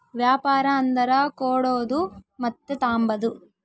ವ್ಯಾಪಾರ ಅಂದರ ಕೊಡೋದು ಮತ್ತೆ ತಾಂಬದು